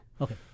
okay